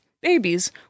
babies